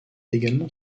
également